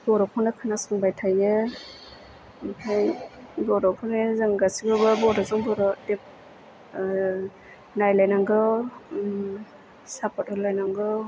बर'खौनो खोनासंबाय थायो ओमफ्राय बर'खौनो जों गासिबो बर'जों बर' नायलायनांगौ सापत होलायनांगौ